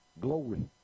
Glory